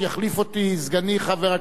חבר הכנסת מוחמד ברכה,